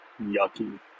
yucky